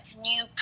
new